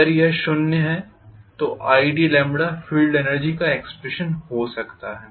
अगर यह शुन्य है तो idफील्ड एनर्जी का एक्सप्रेशन हो सकता है